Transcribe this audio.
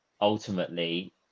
ultimately